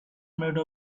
made